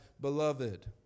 beloved